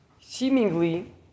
seemingly